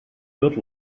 good